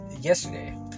yesterday